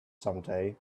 someday